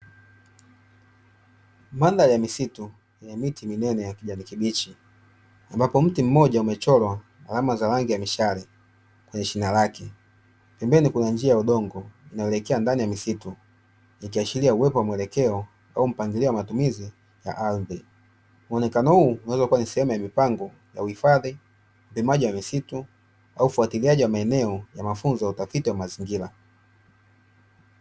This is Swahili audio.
Mandhari ya misitu yenye miti minene ya kijani kibichi, ambapo mti mmoja umechorwa alama za rangi ya mishale kwenye shina lake. Pembeni kuna njia ya udongo unaoelekea ndani ya msitu, ikiashiria uwepo wa mwelekeo au mpangilio wa matumizi ya ardhi. Muonekano huu unaweza kuwa ni sehemu ya mipango ya uhifadhi, upimaji wa misitu au ufwatiliaji wa maeneo ya mafunzo ya utafiti wa mazingira.